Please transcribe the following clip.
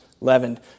leavened